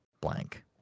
blank